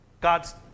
God's